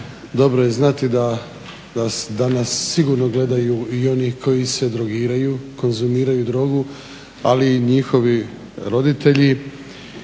Dobro je znati da nas sigurno gledaju i oni koji se drogiraju, konzumiraju drogu, ali i njihovi roditelji.